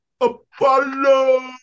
Apollo